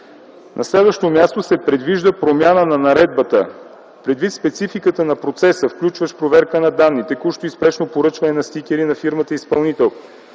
На следващо място се предвижда промяна на наредбата. Предвид спецификата на процеса, включващ проверка на данни, текущо и спешно поръчване на стикери на фирмата изпълнител,